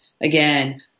again